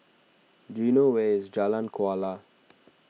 do you know where is Jalan Kuala